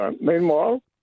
Meanwhile